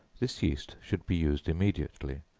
this yeast should be used immediately,